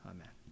Amen